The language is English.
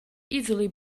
easily